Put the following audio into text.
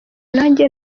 nanjye